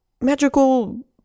Magical